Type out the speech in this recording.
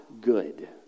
good